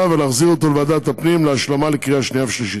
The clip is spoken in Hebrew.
ולהחזיר אותה לוועדת הפנים להשלמה לקריאה שנייה ושלישית.